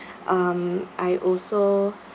um I also